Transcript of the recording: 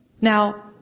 Now